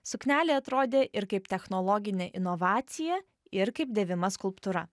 suknelė atrodė ir kaip technologinė inovacija ir kaip dėvima skulptūra